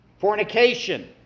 Fornication